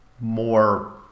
more